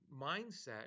mindset